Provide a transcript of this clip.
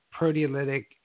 proteolytic